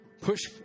push